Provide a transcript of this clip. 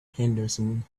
henderson